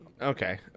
Okay